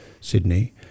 Sydney